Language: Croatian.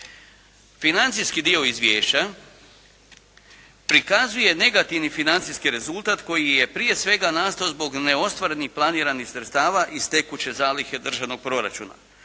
Financijski dio izvješća prikazuje negativni financijski rezultat koji je prije svega nastao zbog neostvarenih planiranih sredstava iz tekuće zalihe državnog proračuna,